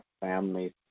families